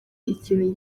ikintu